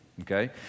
okay